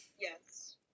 Yes